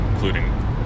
Including